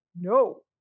no